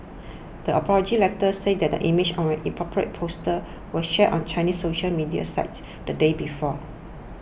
the apology letter said that images of an inappropriate poster were shared on Chinese social media sites the day before